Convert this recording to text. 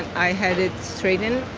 i had it straightened.